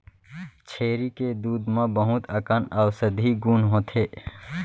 छेरी के दूद म बहुत अकन औसधी गुन होथे